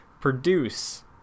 Produce